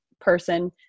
person